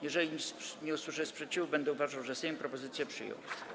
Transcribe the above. Jeżeli nie usłyszę sprzeciwu, będę uważał, że Sejm propozycję przyjął.